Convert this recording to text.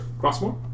Crossmore